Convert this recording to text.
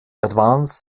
advance